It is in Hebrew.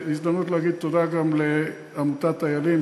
והזדמנות להגיד תודה גם לעמותת "איילים"